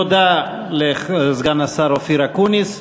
תודה לסגן השר אופיר אקוניס.